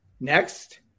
next